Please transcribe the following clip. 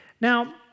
Now